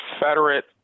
confederate